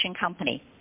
company